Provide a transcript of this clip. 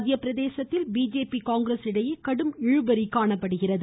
மத்திய பிரதேசத்தில் பிஜேபி காங்கிரஸ் இடையே கடும் இழுபறி நகாணப்படுகிறது